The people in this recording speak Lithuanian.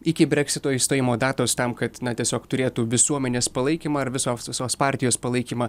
iki breksito išstojimo datos tam kad na tiesiog turėtų visuomenės palaikymą ir visos visos partijos palaikymą